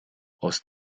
aus